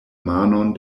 manon